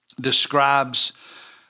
describes